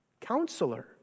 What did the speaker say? counselor